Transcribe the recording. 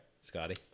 Scotty